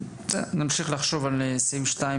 נמשיך לחשוב על סעיף 2,